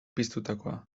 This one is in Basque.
piztutakoa